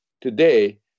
Today